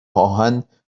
آهن